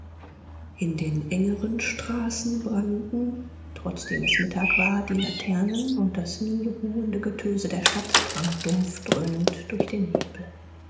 in den engeren straßen brannten trotzdem es mittag war die laternen und das nie ruhende getöse der stadt drang dumpf dröhnend durch den nebel